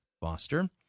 Foster